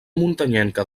muntanyenca